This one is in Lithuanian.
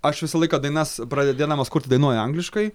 aš visą laiką dainas pradėdamas kurti dainuoju angliškai